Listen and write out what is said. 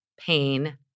pain